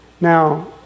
Now